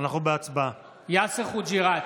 יאסר חוג'יראת,